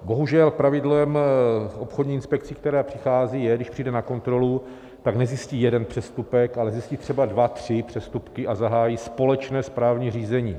Bohužel pravidlem obchodní inspekce, která přichází, je, když přijde na kontrolu, tak nezjistí jeden přestupek, ale zjistí třeba dva tři přestupky a zahájí společné správní řízení.